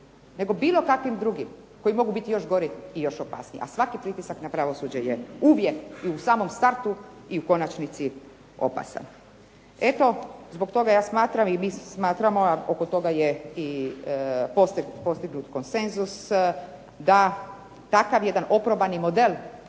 nego bilo kakvim drugim, koji mogu biti još gori i opasniji, a svaki pritisak na pravosuđe je uvijek i u samom startu i u konačnici opasan. Eto, zbog toga mi smatramo oko toga je postignut konsenzus da takav jedan oprobani model